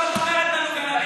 עכשיו את אומרת לנו גנבים.